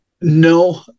No